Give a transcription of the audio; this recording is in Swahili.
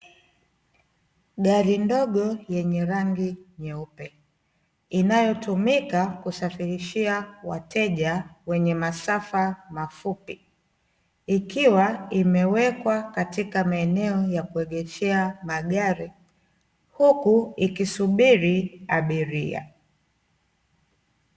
Gari ndogo yenye rangi nyeupe, inayotumika kusafirishia wateja wenye masafa mafupi, ikiwa imewekwa katika maeneo ya kuegeshea magari, huku ikisubiri abiria.